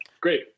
Great